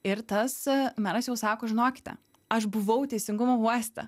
ir tas meras jau sako žinokite aš buvau teisingumo uoste